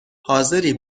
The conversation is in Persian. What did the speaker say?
حاضری